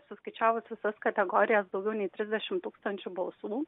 suskaičiavus visas kategorijas daugiau nei trisdešimt tūkst balsų